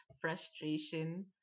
frustration